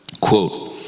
quote